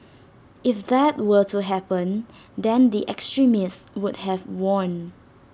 if that were to happen then the extremists would have won